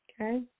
Okay